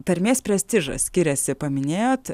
tarmės prestižas skiriasi paminėjot